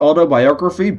autobiography